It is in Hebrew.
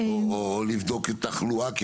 או לבדוק את התחלואה.